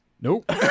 Nope